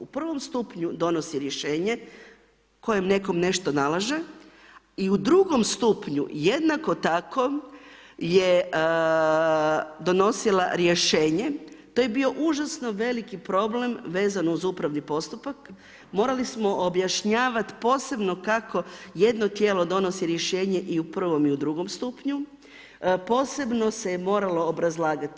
U prvom stupnju donosi rješenje, kojem netko nešto nalaže i u drugom stupanju, jednako tako, je donosila rješenje, to je bio užasno veliki problem, vezano za upravni postupak, morali smo objašnjavati posebno, kako jedno tijelo donosi rješenje i u prvom i u drugom stupnju, posebno se je moralo obrazlagati.